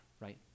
right